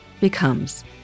becomes